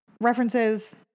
references